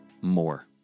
more